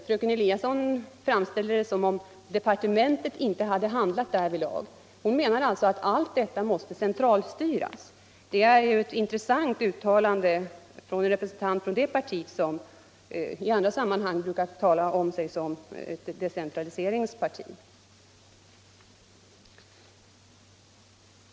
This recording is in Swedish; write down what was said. Fröken Eliasson framställer det som om departementet inte hade handlat därvidlag. Hon menar alltså att allt detta måste centralstyras. Det är ett intressant uttalande av en representant för det parti som i andra sammanhang brukar tala om sig som ett decentraliseringsparti.